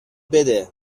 بده